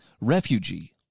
refugee